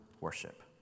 worship